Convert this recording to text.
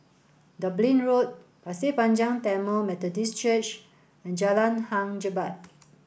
Dublin Road Pasir Panjang Tamil Methodist Church and Jalan Hang Jebat